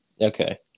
Okay